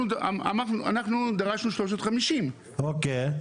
אנחנו דרשנו 350. אוקי.